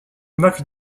max